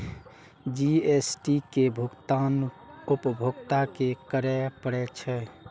GST के भुगतान उपभोक्ता कें करय पड़ै छै